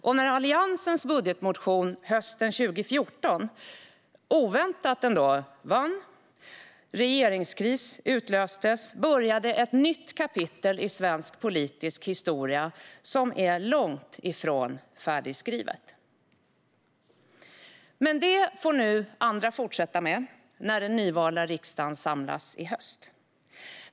Och när Alliansens budgetmotion hösten 2014 oväntat vann och regeringskris utlöstes började ett nytt kapitel i svensk politisk historia, som är långt ifrån färdigskrivet. Men detta får nu andra fortsätta med, när den nyvalda riksdagen samlas i höst.